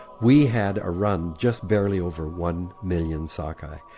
we had a run just barely over one million sockeye,